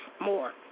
more